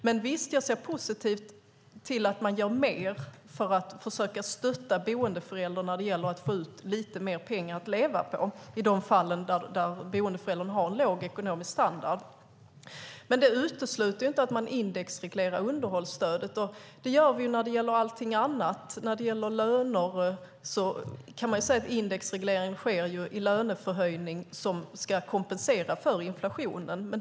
Jag ser dock positivt på att man gör mer för att försöka stötta boendeföräldern när det gäller att få ut lite mer pengar att leva på i de fall där boendeföräldern har en låg ekonomisk standard - visst. Men det utesluter inte att man indexreglerar underhållsstödet. Det gör vi ju när det gäller allting annat. När det gäller löner kan man säga att indexreglering sker i löneförhöjning, vilket ska kompensera för inflationen.